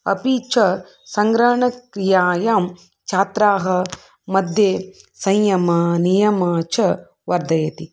अपि च सङ्ग्रहणक्रियायां छात्राः मध्ये संयमाः नियमाः च वर्धयति